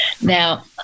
Now